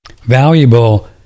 valuable